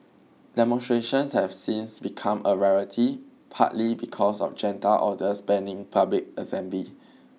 demonstrations have since become a rarity partly because of junta orders banning public assembly